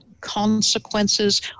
consequences